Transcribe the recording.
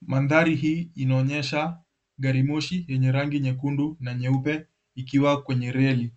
Mandhari hii inaonyesha garimoshi yenye rangi nyekundu na nyeupe ikiwa kwenye reli.